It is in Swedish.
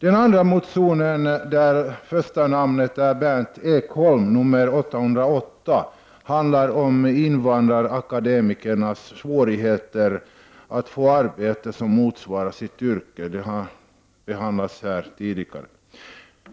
Den andra motionen, där första namnet är Berndt Ekholm, nr 808, handlar om invandrarakademikernas svårigheter att få arbete som motsvarar deras yrkesutbildning. Denna fråga har behandlats här tidigare.